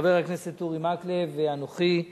חבר הכנסת אורי מקלב ואנוכי,